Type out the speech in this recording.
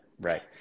Right